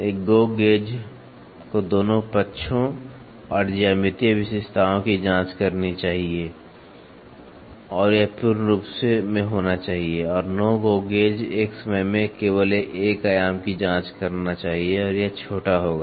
एक go gauge को दोनों पक्षों और ज्यामितीय विशेषताओं की जांच करनी चाहिए और यह पूर्ण रूप में होना चाहिए और नो गो गेज एक समय में केवल एक आयाम की जांच करना चाहिए और यह छोटा होगा